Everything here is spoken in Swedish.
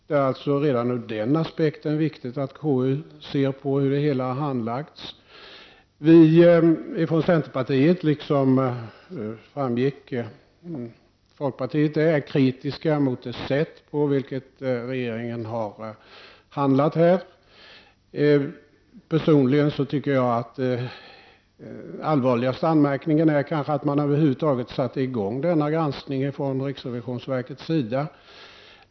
Det är alltså redan ur den aspekten viktigt att KU ser på hur det hela har handlagts. Vi i centerpartiet, och som framgått även folkpartiet, är kritiska mot det sätt på vilket regeringen här har handlat. Personligen tycker jag att den allvarligaste anmärkningen kan riktas mot att man över huvud taget satte i gång denna granskning ifrån riksrevisionsverkets sida.